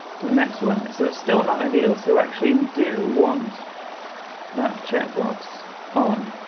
to the next one. so it's still not ideal. so actually, we do want that checkbox on.